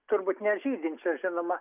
turbūt nežydinčių žinoma